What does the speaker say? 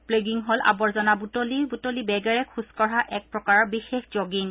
plogging হ'ল আৱৰ্জনা বুটলি বুটলি বেগেৰে খোজকঢ়া এক প্ৰকাৰৰ বিশেষ জগিং